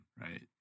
Right